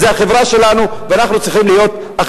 ואנחנו יודעים, שיתוף